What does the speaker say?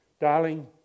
darling